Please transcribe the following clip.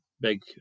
big